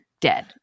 dead